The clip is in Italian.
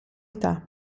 età